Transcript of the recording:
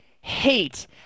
hate